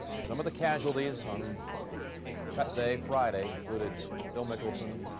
some of the casualties on cut day friday phil mickelson,